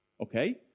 okay